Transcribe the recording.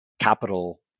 capital